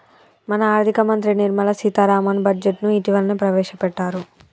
మన ఆర్థిక మంత్రి నిర్మల సీతారామన్ బడ్జెట్ను ఇటీవలనే ప్రవేశపెట్టారు